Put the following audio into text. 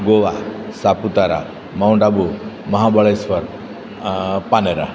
Goa Saputara Mount Abu Mahabaleshwar Panera